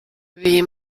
wie